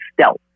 stealth